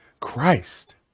Christ